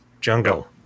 Jungle